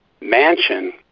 mansion